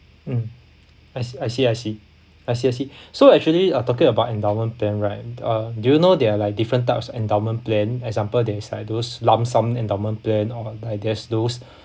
hmm I see I see I see I see I see so actually you are talking about endowment plan right uh do you know there are like different types of endowment plan example there is like those lump sum endowment plan or like there is those